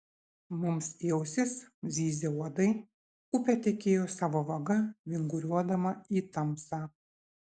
mums į ausis zyzė uodai upė tekėjo savo vaga vinguriuodama į tamsą